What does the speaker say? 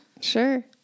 Sure